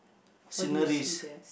sceneries